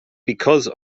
because